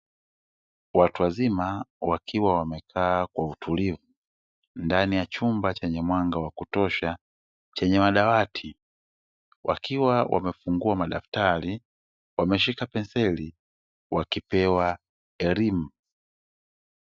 Watu wazima wakiwa wamekaa kwa utulivu ndani ya chumba chenye mwanga wa kutosha chenye madawati, wakiwa wamefungua madaftari wameshika penseli wakipewa elimu.